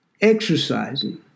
exercising